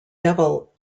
devil